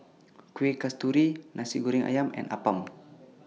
Kueh Kasturi Nasi Goreng Ayam and Appam